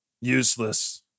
useless